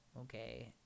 okay